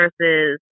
versus